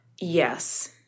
yes